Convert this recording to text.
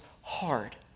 hard